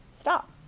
stop